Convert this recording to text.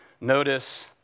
notice